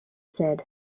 said